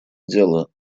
дела